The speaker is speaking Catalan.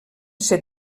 ser